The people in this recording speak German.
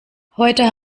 heute